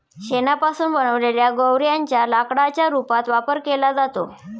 शेणापासून बनवलेल्या गौर्यांच्या लाकडाच्या रूपात वापर केला जातो